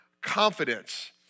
confidence